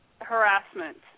harassment